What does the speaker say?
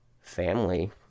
family